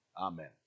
Amen